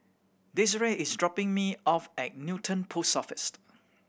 Desirae is dropping me off at Newton Post Office